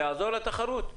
זה יעזור לתחרות?